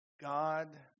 God